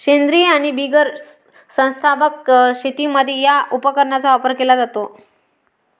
सेंद्रीय आणि बिगर संस्थात्मक शेतीमध्ये या उपकरणाचा वापर केला जातो